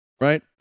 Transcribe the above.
Right